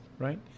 Right